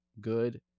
good